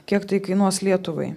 kiek tai kainuos lietuvai